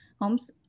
homes